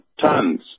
tons